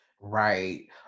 Right